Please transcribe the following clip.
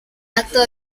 acto